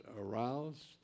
aroused